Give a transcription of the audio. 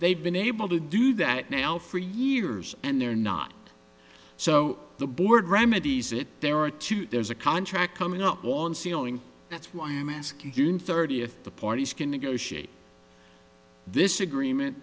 they've been able to do that now for years and they're not so the board remedies it there are two there's a contract coming up on ceiling that's why i ask you in thirty if the parties can negotiate this agreement